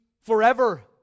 forever